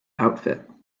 outfit